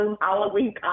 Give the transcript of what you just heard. Halloween